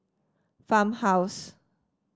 Farmhouse